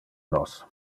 nos